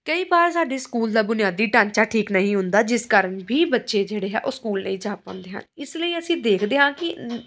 ਕਈ ਵਾਰ ਸਾਡੇ ਸਕੂਲ ਦਾ ਬੁਨਿਆਦੀ ਢਾਂਚਾ ਠੀਕ ਨਹੀਂ ਹੁੰਦਾ ਜਿਸ ਕਾਰਨ ਵੀ ਬੱਚੇ ਜਿਹੜੇ ਆ ਉਹ ਸਕੂਲ ਨਹੀਂ ਜਾ ਪਾਉਂਦੇ ਹਨ ਇਸ ਲਈ ਅਸੀਂ ਦੇਖਦੇ ਹਾਂ ਕਿ